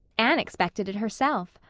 anne expected it herself.